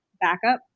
backup